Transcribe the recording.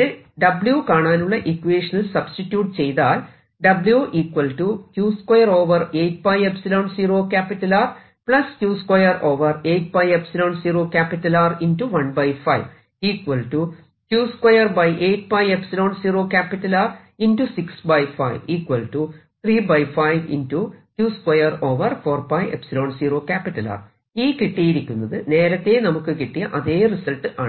ഇത് W കാണാനുള്ള ഇക്വേഷനിൽ സബ്സ്റ്റിട്യൂട് ചെയ്താൽ ഈ കിട്ടിയിരിക്കുന്നത് നേരത്തെ നമുക്ക് കിട്ടിയ അതെ റിസൾട്ട് ആണ്